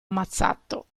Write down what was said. ammazzato